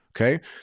Okay